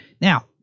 Now